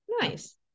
nice